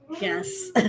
yes